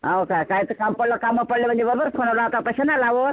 हो का कायच काम पडलं काम पडले म्हणजे बरोबर फोन लावता तसे नाही लावत